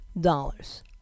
dollars